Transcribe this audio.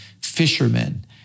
fishermen